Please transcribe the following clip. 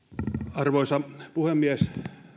arvoisa puhemies